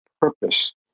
purpose